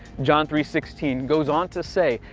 john three sixteen goes on to say,